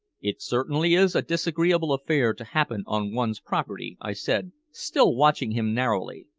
it certainly is a disagreeable affair to happen on one's property. i said, still watching him narrowly.